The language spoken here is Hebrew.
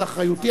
זה אחריותי,